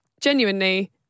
genuinely